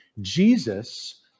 Jesus